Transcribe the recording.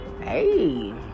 hey